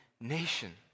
nation